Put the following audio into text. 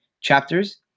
chapters